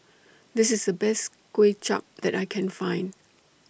This IS The Best Kway Chap that I Can Find